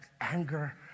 anger